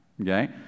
okay